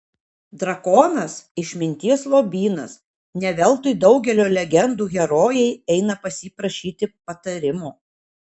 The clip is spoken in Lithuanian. drakonas išminties lobynas ne veltui daugelio legendų herojai eina pas jį prašyti patarimo